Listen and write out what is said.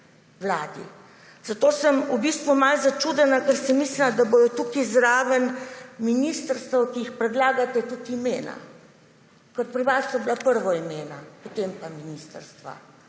v bistvu malce začudena, ker sem mislila, da bodo tukaj zraven ministrstev, ki jih predlagate, tudi imena. Ker pri vas so bila najprej imena, potem pa ministrstva.